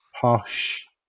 posh